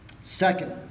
Second